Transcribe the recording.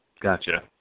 Gotcha